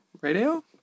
radio